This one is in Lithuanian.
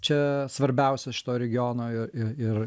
čia svarbiausias šito regiono i i ir